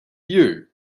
you